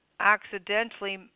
Accidentally